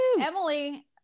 Emily